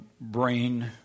brain